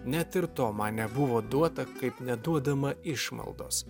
net ir to man nebuvo duota kaip neduodama išmaldos